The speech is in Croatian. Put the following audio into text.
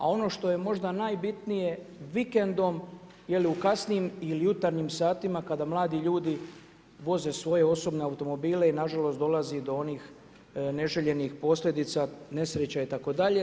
A ono što je možda najbitnije vikendom u kasnim ili jutarnjim satima kada mladi ljudi voze svoje osobne automobile i na žalost dolazi do onih neželjenih posljedica nesreća itd.